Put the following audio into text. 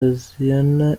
hoziana